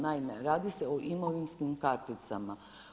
Naime, radi se o imovinskim karticama.